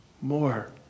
more